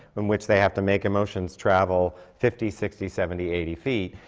in which they have to make emotions travel fifty, sixty, seventy, eighty feet.